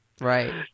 right